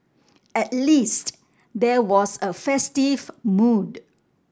at least there was a festive mood